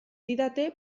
didate